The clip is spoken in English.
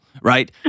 right